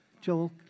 Joel